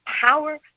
power